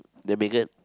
the bigot